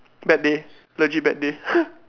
bad day legit bad day